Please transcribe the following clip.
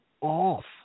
off